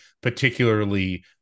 particularly